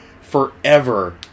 forever